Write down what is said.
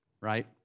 right